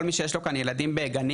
כל מי שיש לו כאן ילדים בגנים,